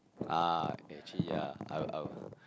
ah actually ya I would I would